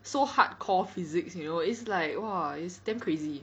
so hardcore physics you know is like !wah! it's damn crazy